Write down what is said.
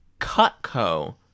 Cutco